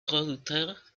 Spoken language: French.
producteurs